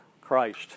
Christ